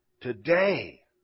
today